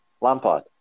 Lampard